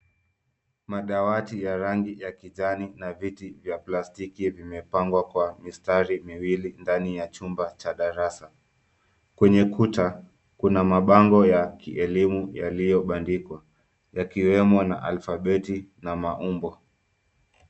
Madawati ya rangi ya kijani, na viti vya plastiki vimepangwa kwa mistari miwili, ndani ya chumba cha darasa, kwenye kuta, kuna mabango ya kielimu yaliobandikwa, yakiwemo na alfabeti, na maumbo.